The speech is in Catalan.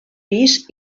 pis